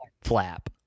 flap